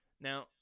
Now